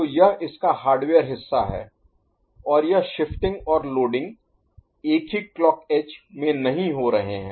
तो यह इसका हार्डवेयर हिस्सा है और यह शिफ्टिंग और लोडिंग एक ही क्लॉक एज में नहीं हो रहे हैं